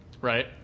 Right